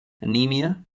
anemia